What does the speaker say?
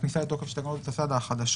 הכניסה לתוקף של תקנות הסד"א החדשות,